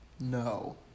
No